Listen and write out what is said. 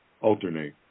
alternate